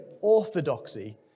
orthodoxy